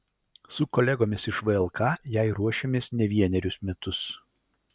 su kolegomis iš vlk jai ruošėmės ne vienerius metus